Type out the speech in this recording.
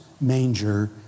manger